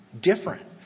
Different